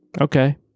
Okay